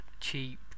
cheap